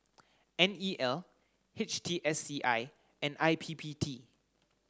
N E L H T S C I and I P P T